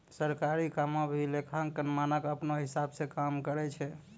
सरकारी कामो म भी लेखांकन मानक अपनौ हिसाब स काम करय छै